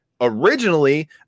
originally